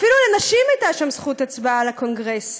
אפילו לנשים הייתה שם זכות הצבעה לקונגרס,